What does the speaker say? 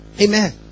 Amen